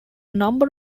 number